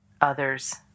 others